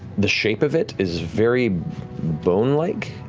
the shape of it is very bone like.